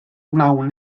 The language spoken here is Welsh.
wnawn